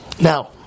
Now